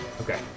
Okay